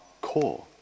core